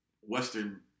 Western